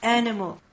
animal